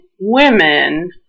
women